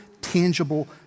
tangible